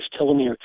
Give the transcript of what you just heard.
telomere